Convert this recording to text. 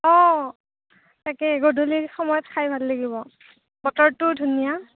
অঁ তাকে গধূলিৰ সময়ত খাই ভাল লাগিব বতৰটো ধুনীয়া